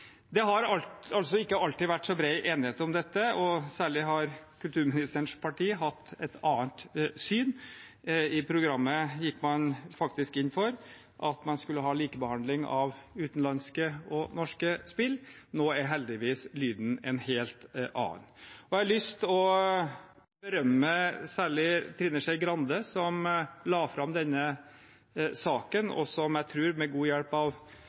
Det har altså ikke alltid vært så bred enighet om dette, og særlig har kulturministerens parti hatt et annet syn. I programmet gikk man faktisk inn for at man skulle ha likebehandling av utenlandske og norske spill. Nå er heldigvis lyden en helt annen. Jeg har lyst til å berømme særlig Trine Skei Grande, som la fram denne saken, og som – jeg tror med god hjelp av